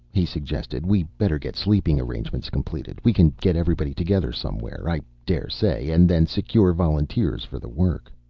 he suggested, we'd better get sleeping arrangements completed. we can get everybody together somewhere, i dare say, and then secure volunteers for the work.